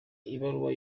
ibaruwa